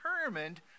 determined